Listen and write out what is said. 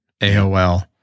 AOL